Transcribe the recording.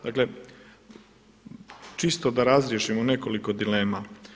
Dakle čisto da razriješimo nekoliko dilema.